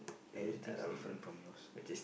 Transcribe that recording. everything's different from yours